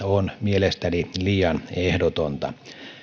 on mielestäni liian ehdotonta